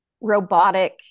robotic